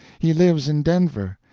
he lives in denver.